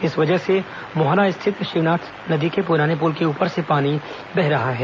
इस वजह से मोहारा स्थित शिवनाथ नदी के पुराने पुल के ऊपर से पानी बह रहा है